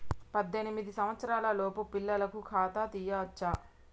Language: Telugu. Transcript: పద్దెనిమిది సంవత్సరాలలోపు పిల్లలకు ఖాతా తీయచ్చా?